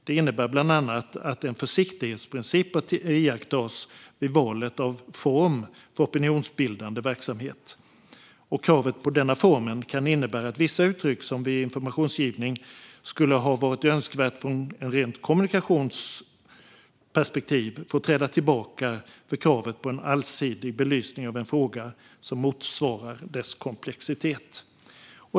Det innebär bland annat att en försiktighetsprincip bör iakttas vid valet av form för opinionsbildande verksamhet. Kravet på denna form kan innebära att vissa uttryck som vid informationsgivning skulle ha varit önskvärda från ett rent kommunikationsperspektiv får träda tillbaka för kravet på en allsidig belysning av en fråga som motsvarar dess komplexitet.